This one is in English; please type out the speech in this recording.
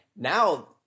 now